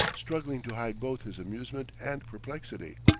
struggling to hide both his amusement and perplexity.